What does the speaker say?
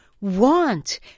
want